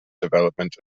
development